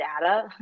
data